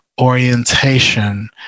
orientation